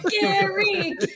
Gary